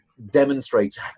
demonstrates